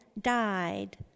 died